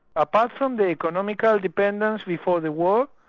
apart from the economical dependence before the war,